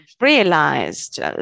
realized